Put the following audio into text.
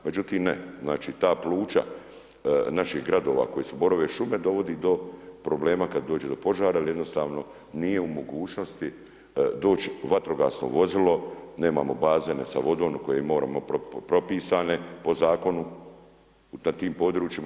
Međutim, ne, ta pluća naših gradova koje su borove šume, dovodi do problema, kada dođe do požara jer jednostavno, nije u mogućnosti doći vatrogasno vozilo, nemamo bazene sa vodom, koje moramo, propisane po zakonom, na tim područjima.